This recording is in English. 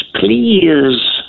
please